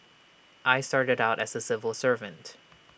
I started out as A civil servant